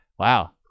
Wow